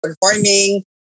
performing